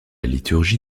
liturgie